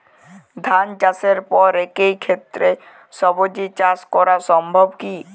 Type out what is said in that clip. ধান চাষের পর একই ক্ষেতে সবজি চাষ করা সম্ভব কি?